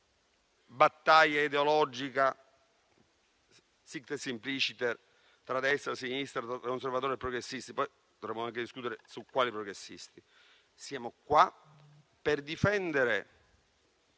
una battaglia ideologica *sic et simpliciter* tra destra e sinistra, tra conservatori e progressisti, e dovremmo anche discutere di quali progressisti. Siamo qua per difendere